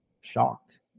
shocked